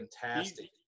fantastic